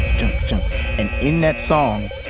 jump, jump and in that song,